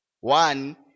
One